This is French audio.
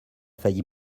failli